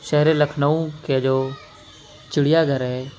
شہر لکھنؤ کے جو چڑیا گھر ہے